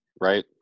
Right